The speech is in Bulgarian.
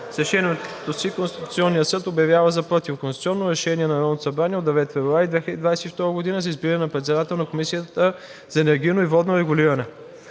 С Решението си Конституционният съд обявява за противоконституционно Решение на Народното събрание от 9 февруари 2022 г. за избиране на председател на Комисията за енергийно и водно регулиране.